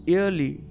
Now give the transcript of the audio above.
early